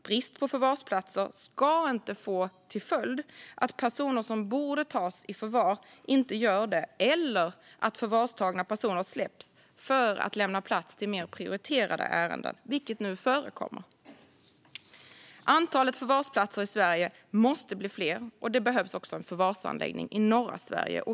Brist på förvarsplatser ska inte få till följd att personer som borde tas i förvar inte blir det eller att förvarstagna personer släpps för att lämna plats till mer prioriterade ärenden, vilket nu förekommer. Antalet förvarsplatser i Sverige måste bli fler, och det behövs också en förvarsanläggning i norra Sverige.